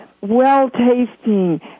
well-tasting